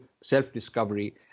self-discovery